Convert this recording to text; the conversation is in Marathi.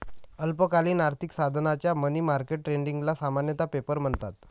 अल्पकालीन आर्थिक साधनांच्या मनी मार्केट ट्रेडिंगला सामान्यतः पेपर म्हणतात